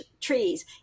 trees